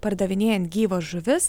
pardavinėjant gyvas žuvis